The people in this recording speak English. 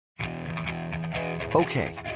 Okay